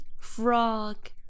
Frog